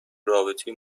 رابطه